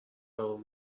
آروم